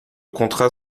contrat